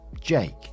Jake